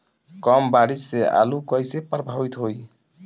कम बारिस से आलू कइसे प्रभावित होयी?